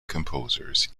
composers